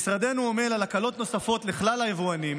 משרדנו עמל על הקלות נוספות לכלל היבואנים